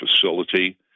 facility